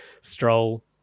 Stroll